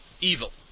evil